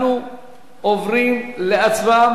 אנחנו עוברים להצבעה,